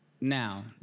now